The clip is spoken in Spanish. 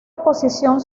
oposición